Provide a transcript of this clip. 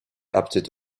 update